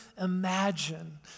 imagine